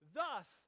thus